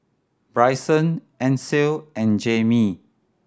Brycen Ansel and Jamey